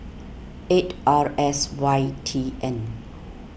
eight R S Y T N